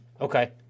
Okay